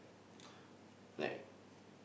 like